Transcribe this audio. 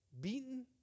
beaten